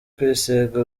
kwisiga